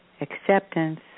acceptance